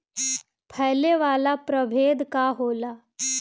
फैले वाला प्रभेद का होला?